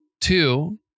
two